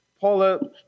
Paula